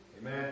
Amen